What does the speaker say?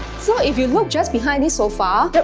so if you look just behind this sofa, but